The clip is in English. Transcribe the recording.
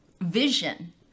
vision